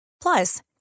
Plus